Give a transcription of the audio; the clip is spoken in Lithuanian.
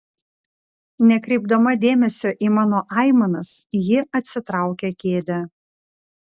nekreipdama dėmesio į mano aimanas ji atsitraukia kėdę